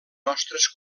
nostres